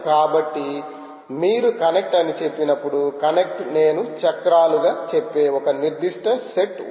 కాబట్టి మీరు కనెక్ట్ అని చెప్పినప్పుడు కనెక్ట్ నేను చక్రాలుగా చెప్పే ఒక నిర్దిష్ట సెట్ ఉంటుంది